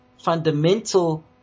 fundamental